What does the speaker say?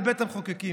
לבית המחוקקים: